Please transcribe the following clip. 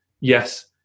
yes